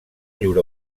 llur